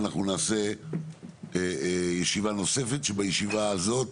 ואנחנו נעשה ישיבה נוספת שבישיבה הזאת